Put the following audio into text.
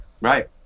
Right